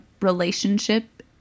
relationship